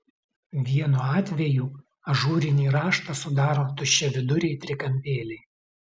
vienu atvejų ažūrinį raštą sudaro tuščiaviduriai trikampėliai